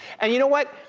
and you know what?